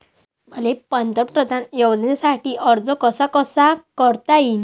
मले पंतप्रधान योजनेसाठी अर्ज कसा कसा करता येईन?